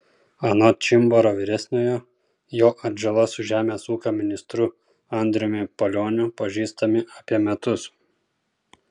anot čimbaro vyresniojo jo atžala su žemės ūkio ministru andriumi palioniu pažįstami apie metus